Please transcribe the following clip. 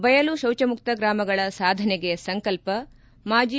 ಬಯಲು ಶೌಚಮುಕ್ತ ಗ್ರಾಮಗಳ ಸಾಧನೆಗೆ ಸಂಕಲ್ಪ ಮಾಜಿ